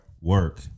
work